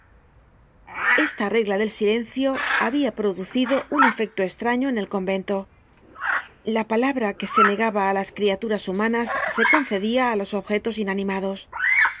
esta regla del silencio habia producido un efecto estraño en el convento la palabra que se negaba á las criaturas humanas se concedia á los objetos inanimados